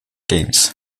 games